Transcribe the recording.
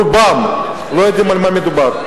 רובם, לא יודעים על מה מדובר.